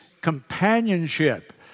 companionship